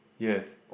yes